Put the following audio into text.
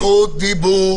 אין לך זכות דיבור.